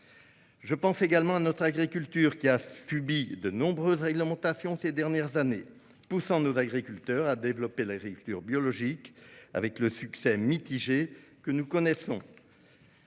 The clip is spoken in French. Je pense également à notre agriculture, qui a subi de nombreuses réglementations ces dernières années, poussant nos agriculteurs à développer l'agriculture biologique avec le succès mitigé que nous connaissons.